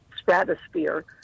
stratosphere